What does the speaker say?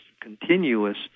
continuous